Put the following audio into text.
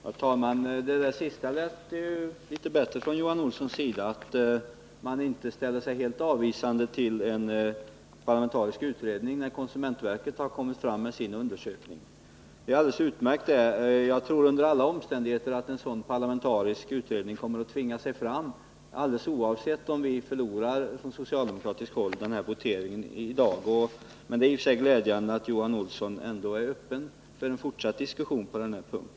Herr talman! Det senaste Johan Olsson sade lät litet bättre, alltså att man inte ställer sig helt avvisande till en parlamentarisk utredning när konsumentverket har kommit fram med sin undersökning. Det är alldeles utmärkt. Jag tror under alla omständigheter att en sådan parlamentarisk utredning kommer att tvinga sig fram alldeles oavsett om vi socialdemokrater förlorar denna votering i dag. Men det är i och för sig glädjande att Johan Olsson ändå är öppen för en fortsatt diskussion på denna punkt.